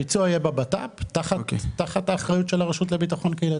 הביצוע יהיה במשרד לביטחון פנים תחת האחריות של הרשות לביטחון קהילתי.